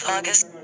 August